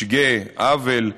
משגה, עוול,